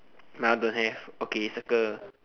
nah don't have okay circle